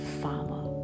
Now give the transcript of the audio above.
farmer